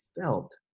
felt